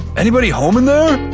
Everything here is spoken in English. anybody home in there?